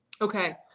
Okay